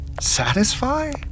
Satisfy